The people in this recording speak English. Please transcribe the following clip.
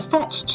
Fetch